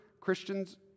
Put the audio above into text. Christians